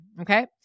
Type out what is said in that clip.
Okay